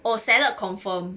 oh salad confirm